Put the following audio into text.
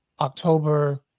October